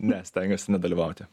ne stengiuosi nedalyvauti